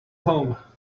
home